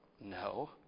no